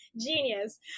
genius